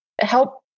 help